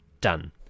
done